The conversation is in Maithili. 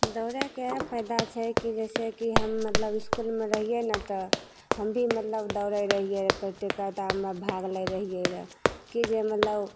दौड़ेके फायदा छै कि जइसे कि हम मतलब इसकुलमे रहिए ने तऽ हम भी मतलब दौड़ै रहिए प्रतियोगितामे भाग लै रहिए रहै कि जे मतलब